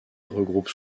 regroupent